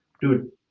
dude